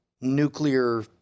nuclear